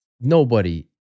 nobody-